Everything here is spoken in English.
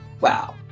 Wow